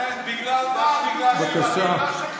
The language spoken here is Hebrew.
בגלל מה, בגלל שהיא בקהילה שלך?